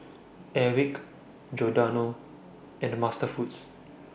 Airwick Giordano and MasterFoods